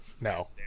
no